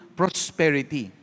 prosperity